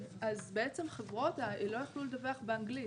2020 חברות לא יכלו לדווח באנגלית.